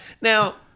Now